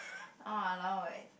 !walao! eh